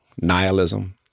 nihilism